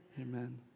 Amen